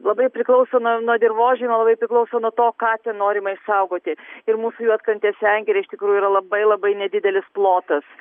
labai priklauso nuo nuo dirvožemio labai priklauso nuo to ką norima išsaugoti ir mūsų juodkrantės sengirė iš tikrųjų yra labai labai nedidelis plotas